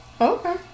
Okay